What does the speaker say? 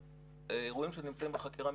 ואירועים שנמצאים בחקירה משטרתית,